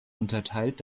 unterteilt